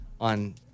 on